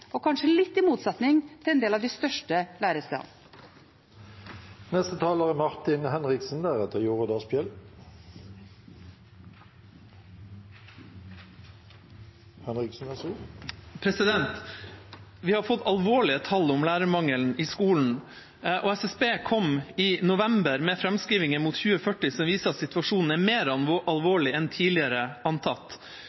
– kanskje litt i motsetning til en del av de største lærestedene. Vi har fått alvorlige tall om lærermangelen i skolen. SSB kom i november med framskrivinger mot 2040 som viser at situasjonen er mer